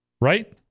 Right